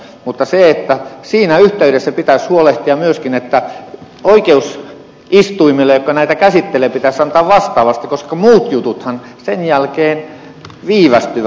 mutta siinä yhteydessä pitäisi huolehtia myöskin että oikeusistuimille jotka näitä käsittelevät pitäisi antaa vastaavasti koska muut jututhan sen jälkeen viivästyvät